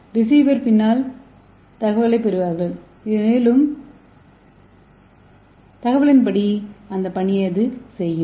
receiver பின்னர் தகவலைப் பெறுவார் மேலும் அது தகவல்களின்படி பணியைச் செய்யும்